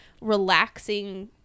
relaxing